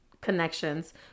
connections